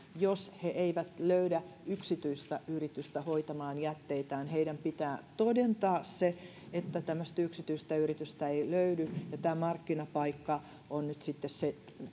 jos he eivät löydä yksityistä yritystä hoitamaan jätteitään heidän pitää todentaa se että tämmöistä yksityistä yritystä ei löydy ja tämä markkinapaikka on nyt sitten se